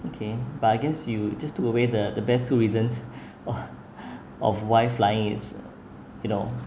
okay but I guess you just took away the the best two reasons of of why flying is you know